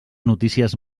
notícies